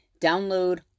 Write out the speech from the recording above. download